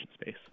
space